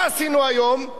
מה עשינו היום?